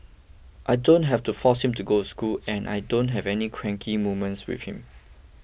I don't have to force him to go to school and I don't have any cranky moments with him